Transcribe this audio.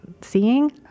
seeing